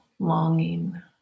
longing